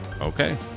Okay